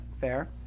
fair